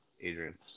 Adrian